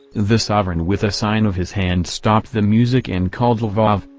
the sovereign with a sign of his hand stopped the music and called lvov,